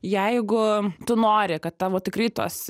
jeigu tu nori kad tavo tikrai tos